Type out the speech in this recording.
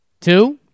Two